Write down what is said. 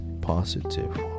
positive